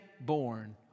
born